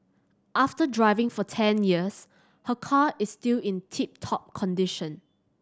after driving for ten years her car is still in tip top condition